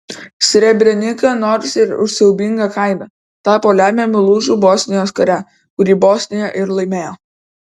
srebrenica nors ir už siaubingą kainą tapo lemiamu lūžiu bosnijos kare kurį bosnija ir laimėjo